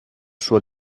sua